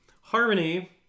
Harmony